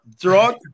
Drug